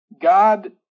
God